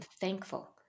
thankful